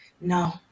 No